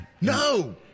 No